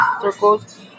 circles